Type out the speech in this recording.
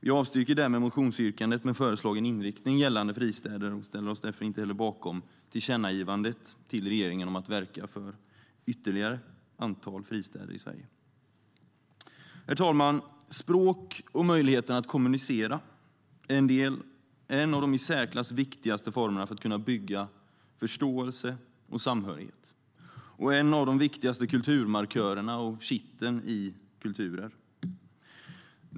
Vi avstyrker därmed motionsyrkandet med föreslagen inriktning gällande fristäder och ställer oss därför inte heller bakom tillkännagivandet till regeringen om att verka för ett ytterligare antal fristäder i Sverige. Herr talman! Språk och möjligheten att kommunicera är en av de i särklass viktigaste formerna för att kunna bygga förståelse och samhörighet, en av de viktigaste kulturmarkörerna och ett viktigt kitt i kulturer.